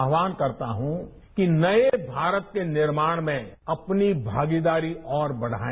आह्वान करता हूं कि नए भारत के निर्माण में अपनी भागीदारी और बढाएं